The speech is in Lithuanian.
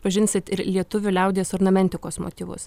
pažinsit ir lietuvių liaudies ornamentikos motyvus